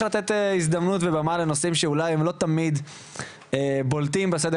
לתת הזדמנות ובמה לנושאים שאולי הם לא תמיד בולטים בסדר